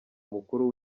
mukuru